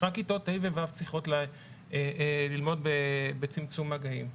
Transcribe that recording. רק כיתות ה' ו-ו' צריכות ללמוד בצמצום מגעים.